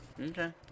Okay